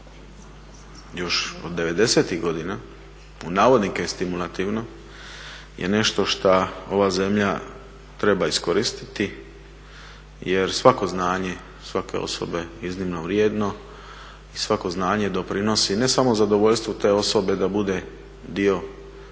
još od '90-ih godina u navodnike je stimulativno je nešto što ova zemlja treba iskoristiti. Jer svako znanje svake osobe je iznimno vrijedno i svako znanje doprinosi ne samo zadovoljstvu te osobe da bude dio